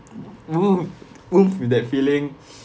oo with that feeling